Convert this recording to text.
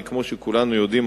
כי כמו שכולנו יודעים,